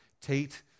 Tate